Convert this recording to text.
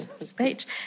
speech